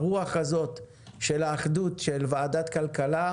הרוח הזאת של האחדות של ועדת הכלכלה,